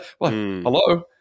Hello